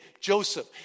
Joseph